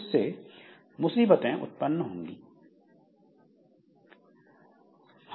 इससे मुसीबत उत्पन्न होती है